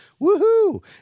woohoo